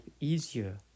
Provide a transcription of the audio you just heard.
easier